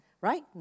right